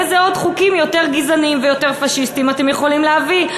איזה עוד חוקים יותר גזעניים ויותר פאשיסטיים אתם יכולים להביא.